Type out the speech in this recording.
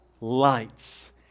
lights